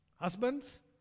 Husbands